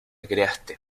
creaste